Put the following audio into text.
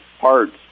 parts